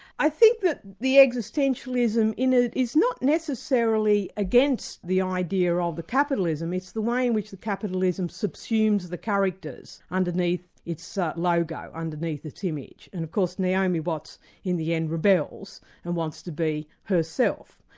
i think that the existentialism in it is not necessarily against the idea of the capitalism, it's the way in which the capitalism subsumes the characters underneath its ah logo, underneath its image. and of course naomi watts in the end rebels and wants to be herself,